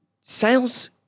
sales